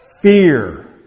fear